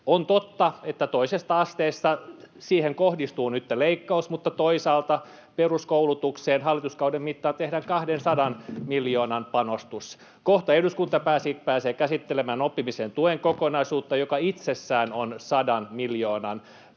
On totta, että toiseen asteeseen kohdistuu nyt leikkaus, mutta toisaalta peruskoulutukseen hallituskauden mittaan tehdään 200 miljoonan panostus. Kohta eduskunta pääsee käsittelemään oppimisen tuen kokonaisuutta, joka itsessään on 100 miljoonan panostus